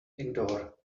indoor